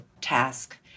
task